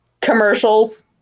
commercials